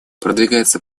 продвигается